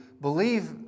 believe